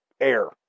air